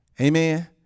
Amen